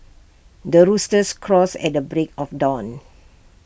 the rooster crows at the break of dawn